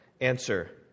answer